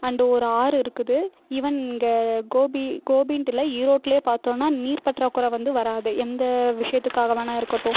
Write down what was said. and ஒரு ஆறு இருக்குது ஈவென் இங்கே கோபி கோபின்ட்டு இல்லை ஈரோட்டிலே பார்த்தோன்னா நீர் பற்றாக்குறை வந்து வராது எந்த விஷயத்துக்காக வேணா இருக்கட்டும்